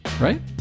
right